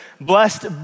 blessed